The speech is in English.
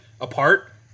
apart